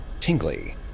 tingly